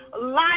life